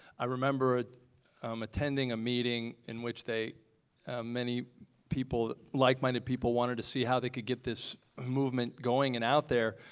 i remember um attending a meeting in which many people, likeminded people wanted to see how they could get this movement going and out there